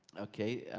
okay,